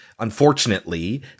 unfortunately